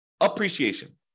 appreciation